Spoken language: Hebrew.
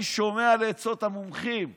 אני שומע לעצות המומחים הרפואיים.